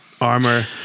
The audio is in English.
Armor